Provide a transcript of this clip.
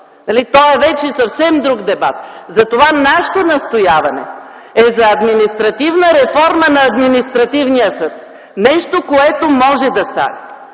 Това е вече съвсем друг дебат. Затова нашето настояване е за административна реформа на Административния съд – нещо, което може да стане,